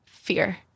Fear